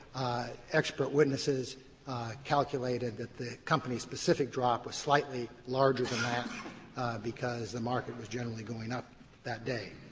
expert witnesses calculated that the company's specific drop was slightly larger than that because the market was generally going up that day.